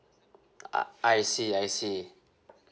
I I see I see